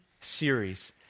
series